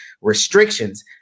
restrictions